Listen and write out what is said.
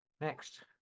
Next